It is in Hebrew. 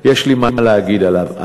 לי מה להגיד עליו.